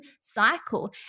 cycle